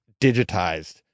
digitized